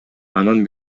анан